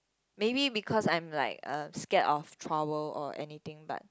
maybe because I am like uh scared of trouble or anything but